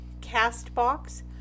Castbox